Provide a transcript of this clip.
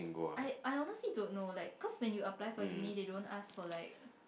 I I honestly don't know like cause when you apply for uni they don't ask for like